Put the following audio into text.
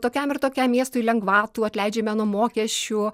tokiam ir tokiam miestui lengvatų atleidžiame nuo mokesčių